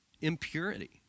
Impurity